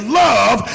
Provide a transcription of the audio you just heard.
love